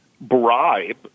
bribe